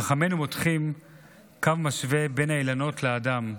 חכמינו מותחים קו משווה בין האילנות לאדם,